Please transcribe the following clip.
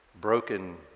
broken